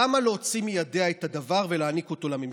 למה להוציא מידיה את הדבר ולהעניק אותו לממשלה?